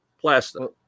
plastic